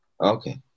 Okay